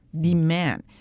Demand